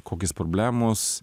kokios problemos